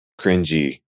cringy